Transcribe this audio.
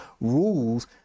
rules